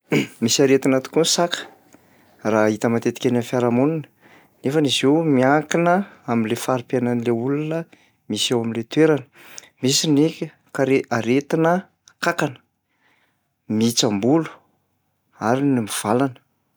Misy aretina tokoa ny saka, raha hita matetika eny amin'ny fiarahamonina, nefany izy io miankina amin'le fari-piainan'le olona misy eo amin'le toerana. Misy ny kare- aretina kankana, mihitsam-bolo ary ny mivalana.